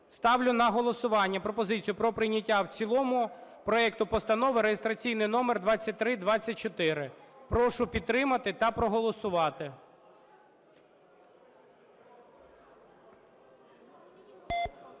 Ставлю на голосування пропозицію про прийняття в цілому проекту Постанови реєстраційний номер 2324. Прошу підтримати та проголосувати.